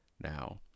Now